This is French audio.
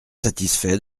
satisfait